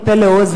מפה לאוזן,